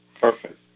Perfect